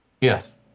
Yes